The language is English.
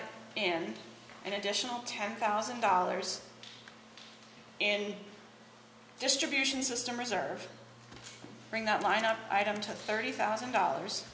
in an additional ten thousand dollars in distribution system reserve bring that line up item to thirty thousand dollars